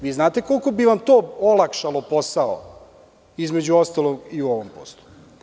Vi znate koliko bi vam to olakšalo posao, između ostalog, i u ovom poslu.